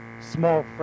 small